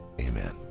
amen